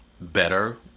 better